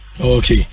Okay